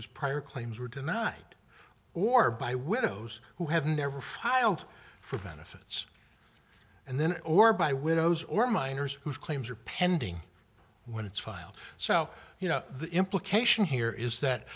whose prior claims were denied or by widows who have never filed for benefits and then or by widows or miners whose claims are pending when it's filed so you know the implication here is that